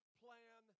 plan